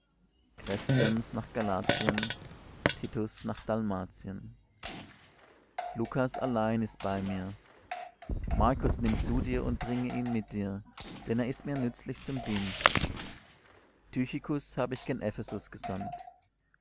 kreszens nach galatien titus nach dalmatien lukas allein ist bei mir markus nimm zu dir und bringe ihn mit dir denn er ist mir nützlich zum dienst tychikus habe ich gen ephesus gesandt